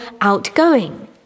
outgoing